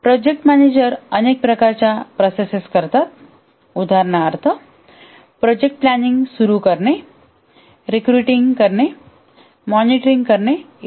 project manager अनेक प्रकारच्या processes करतात उदाहरणार्थ प्रोजेक्ट प्लॅनिंग सुरू करणे रिकरूटिंग मॉनिटरिंग करणे इ